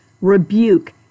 rebuke